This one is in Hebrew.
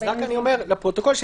אומר לפרוטוקול,